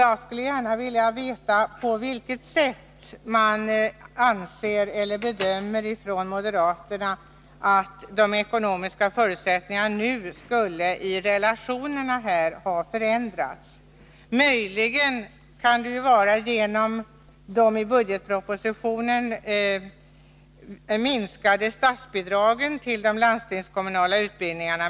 Jag skulle vilja veta på vilket sätt de ekonomiska förutsättningarna har förändrats. Möjligen kan det vara genom de i budgetpropositionen minskade statsbidragen till de landstingskommunala utbildningarna.